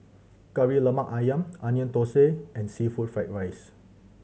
Kari Lemak Ayam Onion Thosai and seafood fried rice